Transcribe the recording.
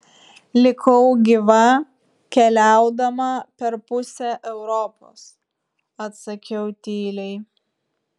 likau gyva keliaudama per pusę europos atsakiau tyliai